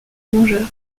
rongeurs